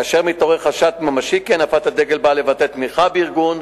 כאשר מתעורר חשד ממשי כי הנפת הדגל באה לבטא תמיכה בארגון,